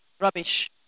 rubbish